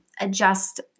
adjust